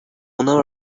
اونام